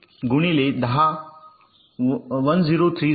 इनपुटची एन संख्या आहेत तेथे एस स्टेट व्हेरिएबल्सची संख्या आहेत फ्लिप फ्लॉप आहेत